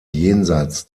jenseits